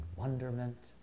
Wonderment